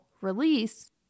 release